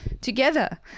together